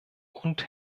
und